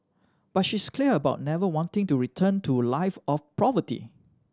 but she's clear about never wanting to return to a life of poverty